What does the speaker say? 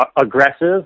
Aggressive